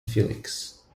felix